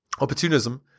opportunism